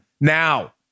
now